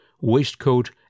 waistcoat